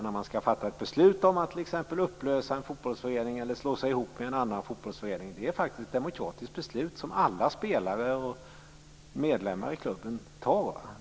När man skall fatta beslut om att t.ex. upplösa en fotbollsförening eller slå ihop den egna fotbollsföreningen med en annan är det faktiskt fråga om ett demokratiskt beslut som alla spelare och medlemmar i klubben är med och tar.